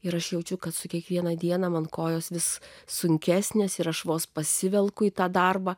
ir aš jaučiu kad su kiekviena diena man kojos vis sunkesnės ir aš vos pasivelku į tą darbą